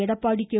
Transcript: Edappadi K